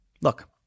Look